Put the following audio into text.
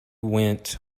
went